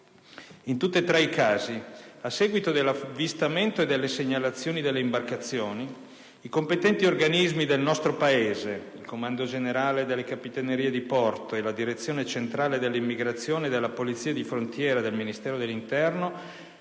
In tutti e tre i casi, a seguito dell'avvistamento e delle segnalazioni delle imbarcazioni, i competenti organismi del nostro Paese (il Comando generale delle Capitanerie di porto e la Direzione centrale dell'immigrazione e della Polizia di frontiera del Ministero dell'interno)